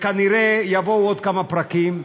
וכנראה יבואו עוד כמה פרקים,